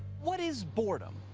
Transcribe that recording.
what is boredom?